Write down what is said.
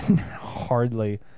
Hardly